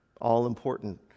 all-important